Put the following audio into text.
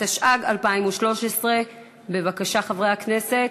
התשע"ג 2013. בבקשה, חברי הכנסת,